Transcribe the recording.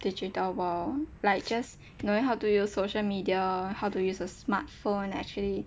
digital world like just knowing how to use social media how to use the smartphone actually